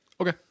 Okay